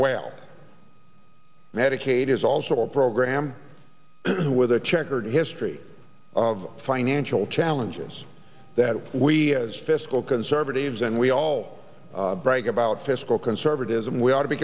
well medicaid is also a program with a checkered history of financial challenges that we as fiscal conservatives and we all brag about fiscal conservatism we ought to be